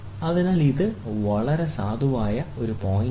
അതിനാൽ ഇത് വളരെ സാധുവായ പോയിന്റാണ്